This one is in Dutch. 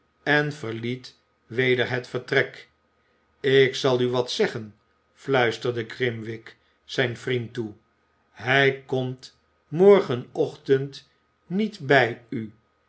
en verliet weder het vertrek ik zal u wat zeggen fluisterde grimwig zijn vriend toe hij komt morgenochtend niet bij u